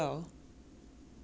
ah so